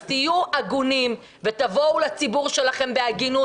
אז תהיו הגונים ותבואו לציבור שלכם בהגינות